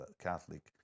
Catholic